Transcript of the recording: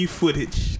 footage